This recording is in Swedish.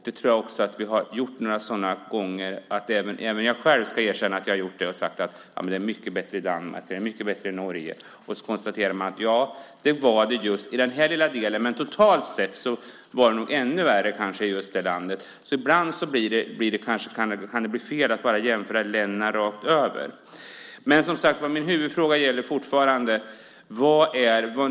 Några sådana gånger har man också - även jag själv ska erkänna att jag har gjort det - sagt till exempel "Det är mycket bättre i Danmark" eller "Det är mycket bättre i Norge". Och så konstaterar man att det var så beträffande just den här lilla delen. Men totalt sett så var det kanske ännu värre i just det landet. Ibland kan det bli fel att jämföra länderna rakt över. Men som sagt: Min huvudfråga gäller fortfarande.